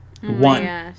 One